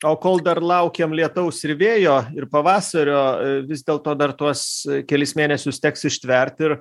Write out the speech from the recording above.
o kol dar laukiam lietaus ir vėjo ir pavasario vis dėlto dar tuos kelis mėnesius teks ištverti ir